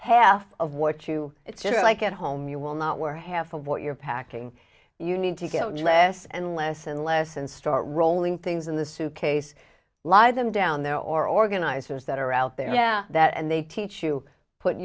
half of what you it's like at home you will not wear half of what you're packing you need to go less and less and less and start rolling things in the suitcase lie them down there or organizers that are out there that and they teach you put